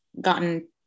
gotten